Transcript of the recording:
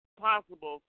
possible